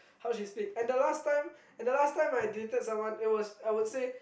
how she speak and the last time and the last time I dated someone I would say